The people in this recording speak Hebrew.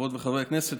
חברות וחברי הכנסת,